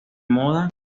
moda